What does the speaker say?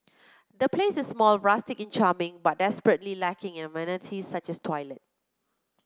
the place is small rustic and charming but desperately lacking in amenities such as a toilet